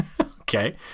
Okay